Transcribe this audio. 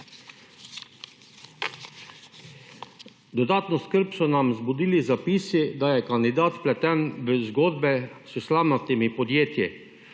Dodatno skrb so nam vzbudili zapisi, da je kandidat vpleten v zgodbe s slamnatimi podjetji